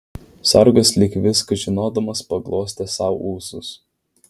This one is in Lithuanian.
sargas lyg viską žinodamas paglostė sau ūsus